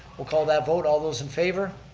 we'll call that vote, all those in favor?